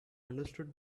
understood